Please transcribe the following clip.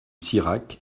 sirac